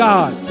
God